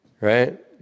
right